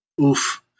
Oof